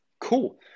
cool